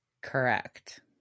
Correct